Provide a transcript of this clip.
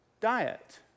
diet